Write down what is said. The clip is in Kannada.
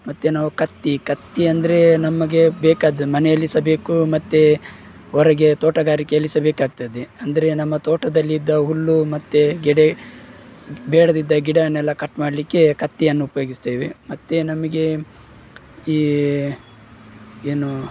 ಮತ್ತು ನಾವು ಕತ್ತಿ ಕತ್ತಿ ಅಂದ್ರೆ ನಮಗೆ ಬೇಕಾದದ್ದು ಮನೆಯಲ್ಲಿ ಸಹ ಬೇಕು ಮತ್ತು ಹೊರಗೆ ತೋಟಗಾರಿಕೆಯಲ್ಲಿ ಸಹ ಬೇಕಾಗ್ತದೆ ಅಂದ್ರೆ ನಮ್ಮ ತೋಟದಲ್ಲಿದ್ದ ಹುಲ್ಲು ಮತ್ತು ಗಡ್ಡೆ ಬೇಡದಿದ್ದ ಗಿಡವನ್ನೆಲ್ಲ ಕಟ್ ಮಾಡಲಿಕ್ಕೆ ಕತ್ತಿಯನ್ನು ಉಪಯೋಗಿಸ್ತೇವೆ ಮತ್ತು ನಮಗೆ ಈ ಏನು